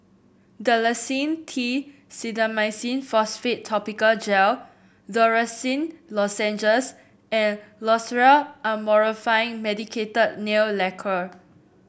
Dalacin T Clindamycin Phosphate Topical Gel Dorithricin Lozenges and Loceryl Amorolfine Medicated Nail Lacquer